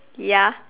ya